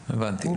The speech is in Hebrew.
הבנתי.